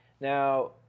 Now